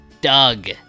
Doug